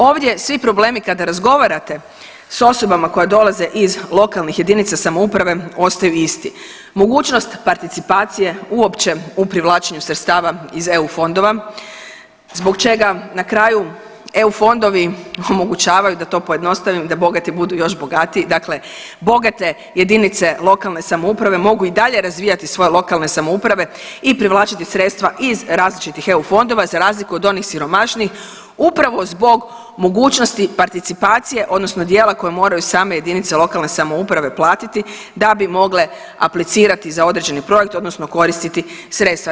Ovdje svi problemi, kada razgovarate s osobama koje dolaze iz lokalnih jedinica samouprave ostaju isti, mogućnost participacije uopće u privlačenju sredstava iz EU fondova, zbog čega na kraju EU fondovi omogućavaju, da to pojednostavim, da bogati budu još bogatiji, dakle, bogate jedinice lokalne samouprave mogu i dalje razvijati svoje lokalne samouprave i privlačiti sredstva iz različitih EU fondova, za razliku od onih siromašnijih upravo zbog mogućnosti participacije odnosno dijela koje moraju same jedinice lokalne samouprave platiti da bi mogle aplicirati za određeni projekt, odnosno koristiti sredstva.